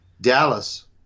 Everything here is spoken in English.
Dallas